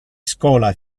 schola